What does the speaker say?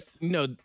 no